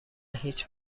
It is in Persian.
هیچ